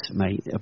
mate